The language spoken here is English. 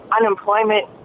unemployment